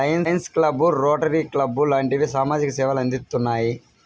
Lions club, Rotary club లాంటివి సామాజిక సేవలు అందిత్తున్నాయి